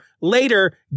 later